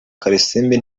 kalisimbi